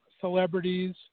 celebrities